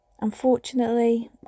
Unfortunately